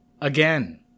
Again